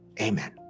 Amen